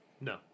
No